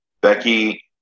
Becky